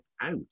out